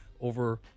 over